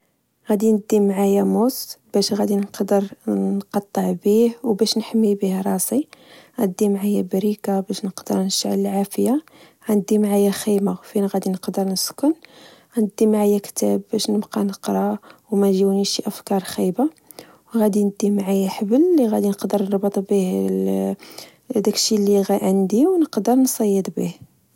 غدي ندي معايا موس باش غدي نقدر نقطع بيه و باش نحمي بيه راسي، غندي معايا بريكة باش نقدر نشعل العافية، غندي معايا خيمة فين غدي نقدر نسكن ، غندي معايا كتاب باش نبقا نقرا وميجيونيش شي أفكار خايبة، وغدي ندي معايا حبل لغدي نقدر نربط بيه هداك الشي ل عندي ونقدر نصيد بيه